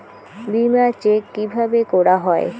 বিমা চেক কিভাবে করা হয়?